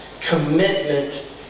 commitment